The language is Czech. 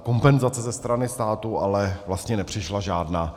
Kompenzace ze strany státu ale vlastně nepřišla žádná.